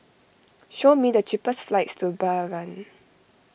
show me the cheapest flights to Bahrain